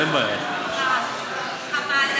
תראה, אתה צריך להעביר את